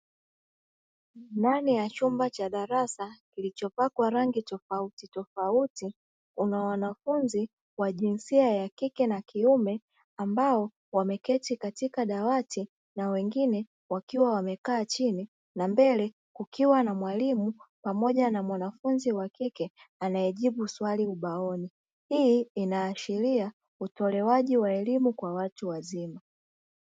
Ndani ya chumba cha darasa kilichopakwa rangi tofauti tofauti, kuna wanafunzi wa jinsia ya kike na kiume ambao wameketi katika dawati na wengine wakiwa wamekaa chini na mbele kukiwa na mwalimu pamoja na mwanafunzi wakike anaejibu swali ubaoni. Hii inaashiria utolewaji wa elimu kwa watu wazima.